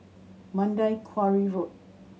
Mandai Quarry Road